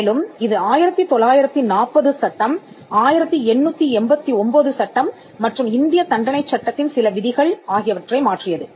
மேலும் இது 1940 சட்டம் 1889 சட்டம் மற்றும் இந்தியத் தண்டனைச் சட்டத்தின் சில விதிகள் ஆகியவற்றை மாற்றியது